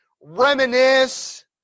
reminisce